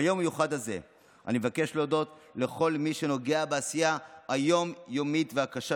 ביום המיוחד הזה אני מבקש להודות לכל מי שנוגע בעשייה היום-יומית והקשה